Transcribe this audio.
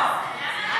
לא,